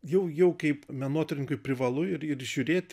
jau jau kaip menotyrininkui privalu ir ir žiūrėt